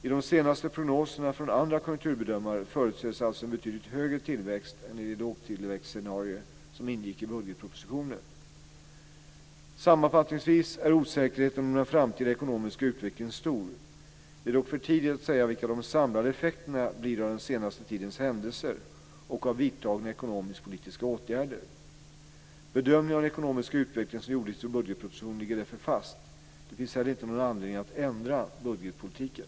I de senaste prognoserna från andra konjunkturbedömare förutses alltså en betydligt högre tillväxt än i det lågtillväxtscenario som ingick i budgetpropositionen. Sammanfattningsvis är osäkerheten om den framtida ekonomiska utvecklingen stor. Det är dock för tidigt att säga vilka de samlade effekterna blir av den senaste tidens händelser och av vidtagna ekonomiskpolitiska åtgärder. Bedömningen av den ekonomiska utvecklingen som gjordes i budgetpropositionen ligger därför fast. Det finns heller inte någon anledning att ändra budgetpolitiken.